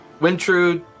Wintrude